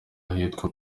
ahitwa